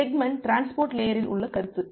segment transport லேயரில் உள்ள கருத்து